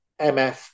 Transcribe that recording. MF